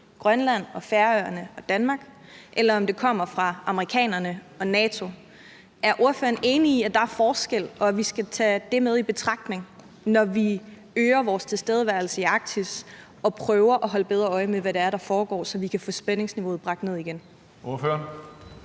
Grønland og Færøerne og Danmark, eller om det kommer fra amerikanerne og NATO. Er ordføreren enig i, at der er forskel, og at vi skal tage det med i betragtning, når vi øger vores tilstedeværelse i Arktis og prøver at holde bedre øje med, hvad det er, der foregår, så vi kan få spændingsniveauet bragt ned igen?